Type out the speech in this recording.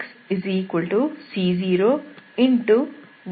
ನಿಮಗೆ yxc01 13